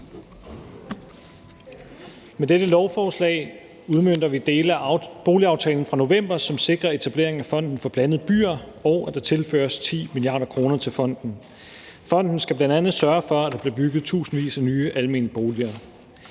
Med dette lovforslag udmønter vi dele af boligaftalen fra november, som sikrer etablering af fonden for blandede byer, og at der tilføres 10 mia. kr. til fonden. Fonden skal bl.a. sørge for, at der bliver bygget tusindvis af nye almene boliger.